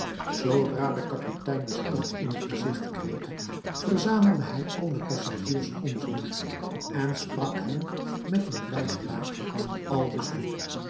zoodra de kapitein de stad in het gezigt kreeg verzamelde hij al de passagiers om zich en sprak hen met een blij gelaat aldus toe